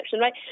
right